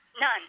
None